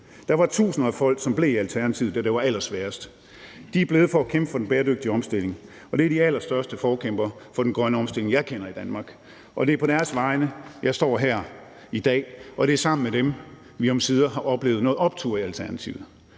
Der var tusinder af folk, som blev i Alternativet, da det var allersværest. De er blevet for at kæmpe for den bæredygtige omstilling, og det er de allerstørste forkæmpere for den grønne omstilling, jeg kender i Danmark, og det er på deres vegne, jeg står her i dag. Det er sammen med dem, vi omsider har oplevet noget optur i Alternativet.